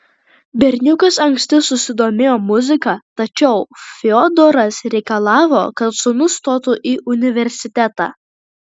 berniukas anksti susidomėjo muzika tačiau fiodoras reikalavo kad sūnus stotų į universitetą